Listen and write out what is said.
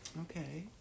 Okay